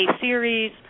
series